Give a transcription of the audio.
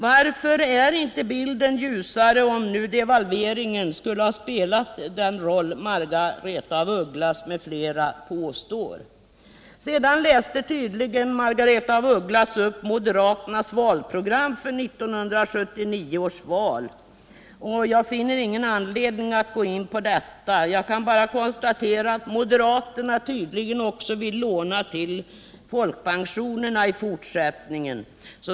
Varför är inte bilden ljusare, om nu devalveringen skulle ha spelat den roll som Margaretha af Ugglas m.fl. påstår? Sedan läste tydligen Margaretha af Ugglas upp moderaternas valprogram för 1979 års val, och jag finner ingen anledning att gå in på detta. Jag kan bara konstatera att moderaterna tydligen också vill låna till folkpensionerna i fortsättningen.